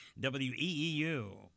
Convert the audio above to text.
WEEU